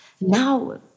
now